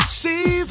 see